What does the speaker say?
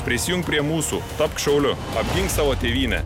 prisijunk prie mūsų tapk šauliu apgink savo tėvynę